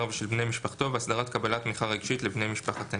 ושל בני משפחתו והסדרת קבלת תמיכה רגשית לבני משפחת הנעדר.